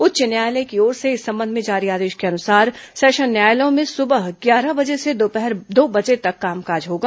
उच्च न्यायालय की ओर से इस संबंध में जारी आदेश के अनुसार सेशन न्यायालयों में सुबह ग्यारह बजे से दोपहर दो बजे तक कामकाज होगा